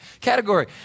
Category